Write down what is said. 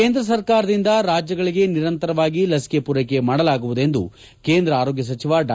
ಕೇಂದ್ರ ಸರ್ಕಾರದಿಂದ ರಾಜ್ಯಗಳಿಗೆ ನಿರಂತರವಾಗಿ ಲಸಿಕೆ ಪೂರ್ಲೆಕೆ ಮಾಡಲಾಗುವುದೆಂದು ಕೇಂದ್ರ ಆರೋಗ್ಗ ಸಚಿವ ಡಾ